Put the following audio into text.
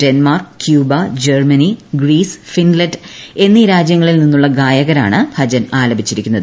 Denmark Cuba Germany Greece Finland എന്നീ രാജ്യങ്ങളിൽ നിന്നുള്ള് ഗ്രായകരാണ് ഭജൻ ആലപിച്ചിരിക്കുന്നത്